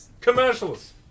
Commercials